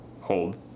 hold